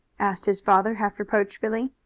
asked his father half reproachfully.